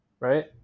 Right